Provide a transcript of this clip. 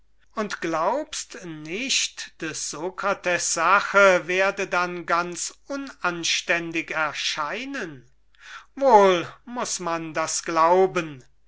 und glaubst du nicht des sokrates sache werde dann ganz unanständig erscheinen wohl muß man das glauben